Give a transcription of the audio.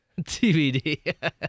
TBD